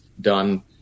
done